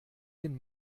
den